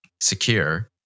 secure